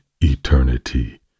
eternity